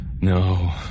No